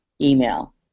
email